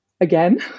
again